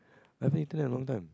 I haven't eaten that a long time